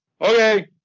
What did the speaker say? okay